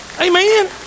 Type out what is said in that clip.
Amen